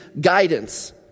guidance